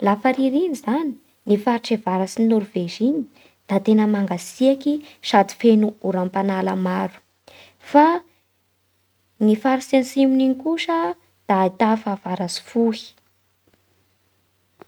Lafa ririny zany ny faritsy avarats'i Norvezy iny da tena mangatsiaky sady feno oram-panala maro. Fa ny faritsy atsimon'iny kosa da ahità fahavaratsy fohy.